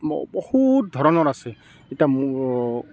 বহুত ধৰণৰ আছে এতিয়া মোৰ